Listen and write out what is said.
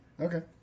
Okay